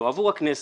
לא עבור הכנסת,